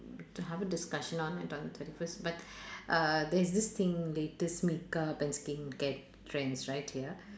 to have a discussion on it on thirty first but err there's this thing latest makeup and skincare trends right here